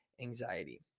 anxiety